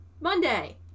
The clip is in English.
Monday